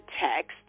text